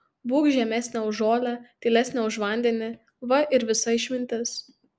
būk žemesnė už žolę tylesnė už vandenį va ir visa išmintis